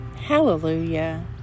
Hallelujah